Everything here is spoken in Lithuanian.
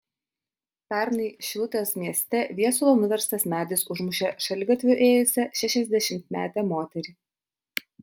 pernai šilutės mieste viesulo nuverstas medis užmušė šaligatviu ėjusią šešiasdešimtmetę moterį